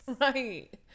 Right